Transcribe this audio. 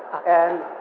and